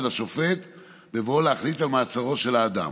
השופט בבואו להחליט על מעצרו של האדם.